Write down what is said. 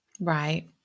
Right